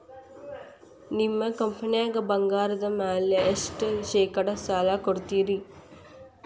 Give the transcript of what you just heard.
ನಿಮ್ಮ ಕಂಪನ್ಯಾಗ ಬಂಗಾರದ ಮ್ಯಾಲೆ ಎಷ್ಟ ಶೇಕಡಾ ಸಾಲ ಕೊಡ್ತಿರಿ?